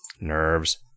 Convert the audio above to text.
Nerves